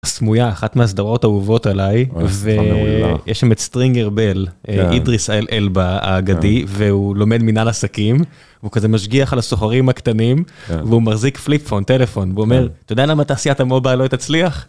סמויה, אחת מהסדרות אהובות עליי ויש שם את סטרינגר בל, אידריס אל אלבה האגדי והוא לומד מנהל עסקים, הוא כזה משגיח על הסוחרים הקטנים והוא מחזיק פליפ פון, טלפון והוא אומר:"אתה יודע למה תעשיית המובייל לא תצליח?"